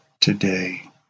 today